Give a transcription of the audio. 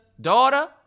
daughter